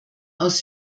aus